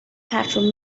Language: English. patrol